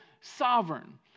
sovereign